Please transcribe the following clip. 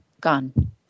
gone